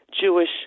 Jewish